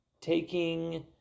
taking